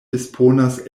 disponas